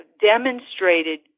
demonstrated